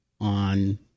on